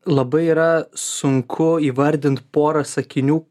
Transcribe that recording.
labai yra sunku įvardint porą sakinių